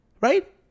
Right